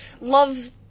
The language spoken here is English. love